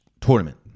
Tournament